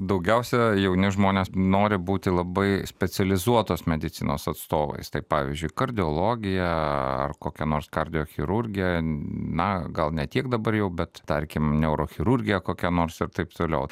daugiausia jauni žmonės nori būti labai specializuotos medicinos atstovais tai pavyzdžiui kardiologija ar kokia nors kardiochirurgija na gal ne tiek dabar jau bet tarkim neurochirurgija kokia nors ir taip toliau